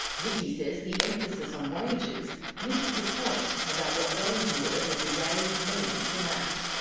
vicki says the emphasis on wages misses the point about what going to work every day means for matt.